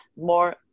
more